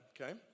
okay